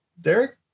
Derek